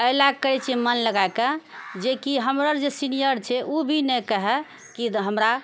अहि लए करै छी मन लगाकऽ जेकि हमर जे सिनियर छै उ भी नहि कहै कि हमरा